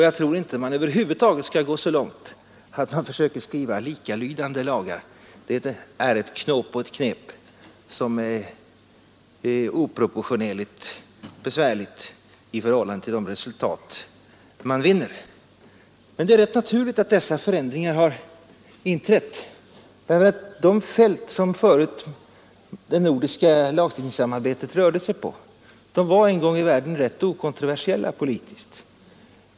Jag tror inte att man över huvud taget skall gå så långt att man försöker skriva likalydande lagar. Det är ett knep och ett knåp, som är oproportionerligt besvärligt i förhållande till de fördelar man vinner Det är rätt naturligt att dessa förändringar har inträtt; de fält som det nordiska lagstiftningssamarbetet rörde sig på var en gång i världen politiskt okontroversiella.